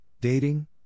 dating